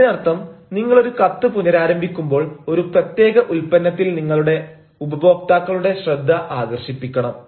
ഇതിനർത്ഥം നിങ്ങൾ ഒരു കത്ത് പുനരാരംഭിക്കുമ്പോൾ ഒരു പ്രത്യേക ഉൽപ്പന്നത്തിൽ നിങ്ങളുടെ ഉപഭോക്താക്കളുടെ ശ്രദ്ധ ആകർഷിപ്പിക്കണം